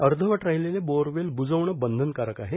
अर्धवट राहिलेले बोरवेल ब्रजवणे बंधनकारक आहे